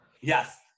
Yes